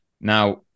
Now